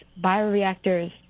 bioreactors